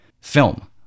film